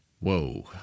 whoa